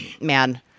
man